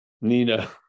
Nina